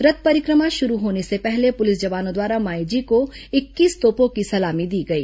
रथ परिक्रमा शुरू होने से पहले पुलिस जवानों द्वारा माई जी को इक्कीस तोपों की सलामी दी गई